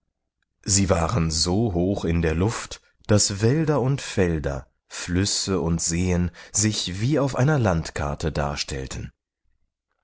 sie waren so hoch in der luft daß wälder und felder flüsse und seen sich wie auf einer landkarte darstellten